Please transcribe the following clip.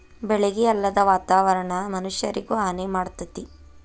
ಬೆಳಿಗೆ ಅಲ್ಲದ ವಾತಾವರಣಾ ಮನಷ್ಯಾರಿಗು ಹಾನಿ ಮಾಡ್ತತಿ